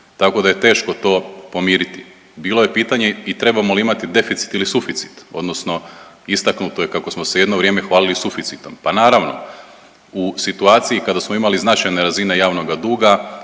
Tako da je teško to pomiriti. Bilo je pitanje i trebamo li imati deficit ili suficit, odnosno istaknuto je kako smo se jedno vrijeme hvalili suficitom. Pa naravno u situaciji kada samo imali značajne razine javnoga duga